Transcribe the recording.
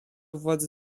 władze